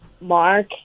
Mark